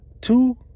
two